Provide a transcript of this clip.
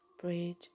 Bridge